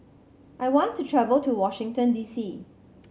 I want to travel to Washington D C